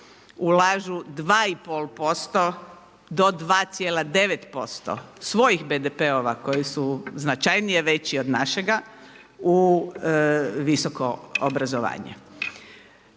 ulažu 2,5% do 2,9% svojih BDP-ova koji su značajnije veći od našega u visoko obrazovanje.